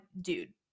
dude